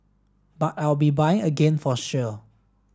but I'll be buying again for sure